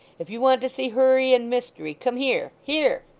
if you want to see hurry and mystery, come here. here